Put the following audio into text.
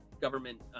government